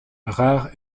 rare